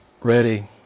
ready